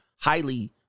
highly